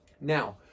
Now